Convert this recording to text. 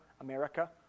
America